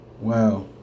Wow